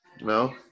No